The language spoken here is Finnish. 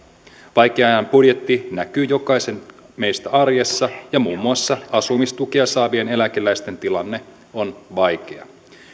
vaikean ajan budjetti näkyy meistä jokaisen arjessa ja muun muassa asumistukea saavien eläkeläisten tilanne on vaikea